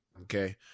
okay